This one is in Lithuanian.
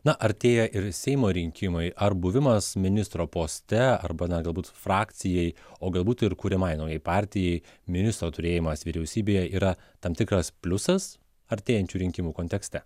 na artėja ir seimo rinkimai ar buvimas ministro poste arba na galbūt frakcijai o galbūt ir kuriamai naujai partijai ministro turėjimas vyriausybėje yra tam tikras pliusas artėjančių rinkimų kontekste